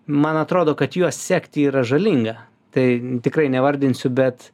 man atrodo kad juos sekti yra žalinga tai tikrai nevardinsiu bet